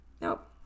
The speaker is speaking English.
Nope